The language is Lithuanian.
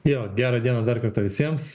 jo gerą dieną dar kartą visiems